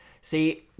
See